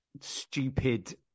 stupid